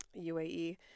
UAE